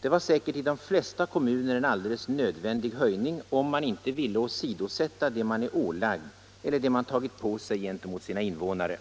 Det var säkert i de flesta kommuner en alldeles nödvändig höjning, om man inte ville åsidosätta det man är ålagd eller det man tagit på sig gentemot sina invånare.